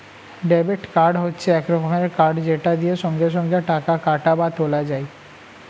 debit card হচ্ছে এক রকমের কার্ড যেটা দিয়ে সঙ্গে সঙ্গে টাকা কাটা বা তোলা যায়